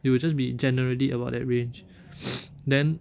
you will just be generally about that range then